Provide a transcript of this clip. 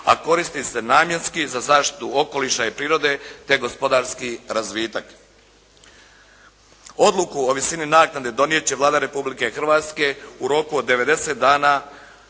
a koristi se namjenski za zaštitu okoliša i prirode, te gospodarski razvitak. Odluku o visini naknade donijet će Vlada Republike Hrvatske u roku od 90 dana